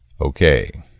okay